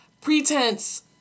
pretense